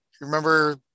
remember